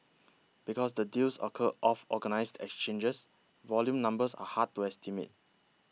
because the deals occur off organised exchanges volume numbers are hard to estimate